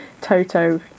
toto